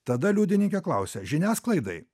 tada liudininkė klausia žiniasklaidai